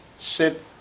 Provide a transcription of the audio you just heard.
sit